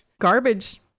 Garbage